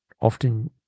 often